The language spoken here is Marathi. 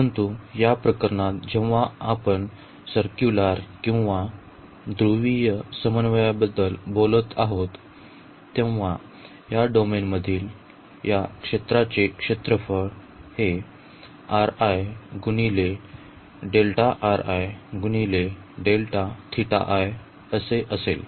परंतु या प्रकरणात जेव्हा आपण परिपत्रक किंवा ध्रुवीय समन्वयाबद्दल बोलत आहोत तेव्हा या डोमेन मधील या क्षेत्राचे क्षेत्रफळ येथे असेल